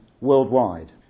worldwide